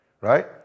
Right